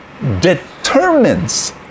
determines